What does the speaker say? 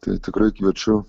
tai tikrai kviečiu